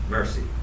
mercy